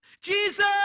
Jesus